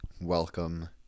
welcome